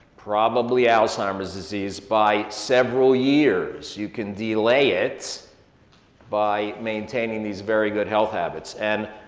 probably alzheimer's disease, by several years. you can delay it by maintaining these very good health habits. and